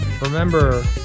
Remember